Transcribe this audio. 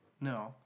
No